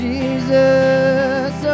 Jesus